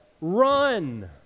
Run